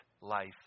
life